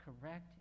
Correct